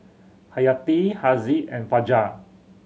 Hayati Haziq and Fajar